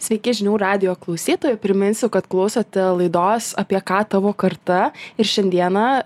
sveiki žinių radijo klausytojai priminsiu kad klausote laidos apie ką tavo karta ir šiandieną